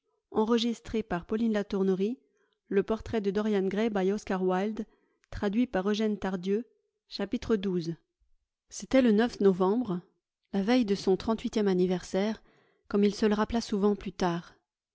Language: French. son concept de la beauté xii était le neuf novembre la veille de son trente huitième anniversaire comme il se le rappela souvent plus tard